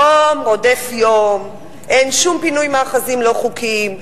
יום רודף יום, אין שום פינוי מאחזים לא חוקיים.